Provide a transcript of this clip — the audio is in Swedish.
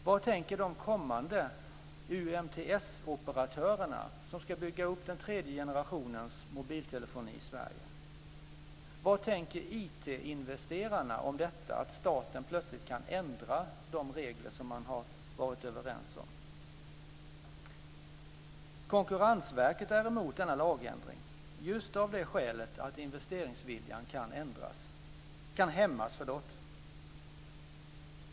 Vad tänker de kommande UMTS-operatörer som ska bygga upp den tredje generationens mobiltelefoni i Sverige? Vad tänker IT-investerarna om detta att staten plötsligt kan ändra de regler som man har varit överens om? Konkurrensverket är emot denna lagändring just av det skälet att investeringsviljan kan hämmas.